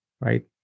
right